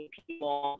people